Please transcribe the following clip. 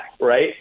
right